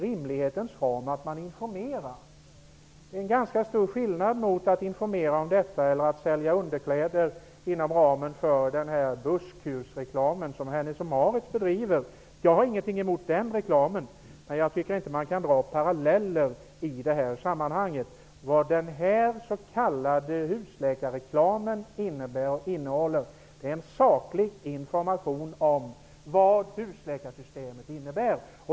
Det är en ganska stor skillnad mellan att informera om detta och att sälja underkläder inom ramen för den busskur-reklam som Hennes & Mauritz bedriver. Jag har ingenting emot den reklamen, men jag tycker inte man kan dra paralleller i det här sammanhanget. Vad den s.k. husläkarreklamen innehåller är en saklig information vad husläkarsystemet innebär.